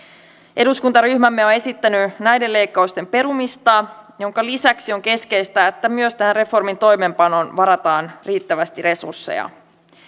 eduskuntaryhmämme on esittänyt näiden leikkausten perumista minkä lisäksi on keskeistä että myös reformin toimeenpanoon varataan riittävästi resursseja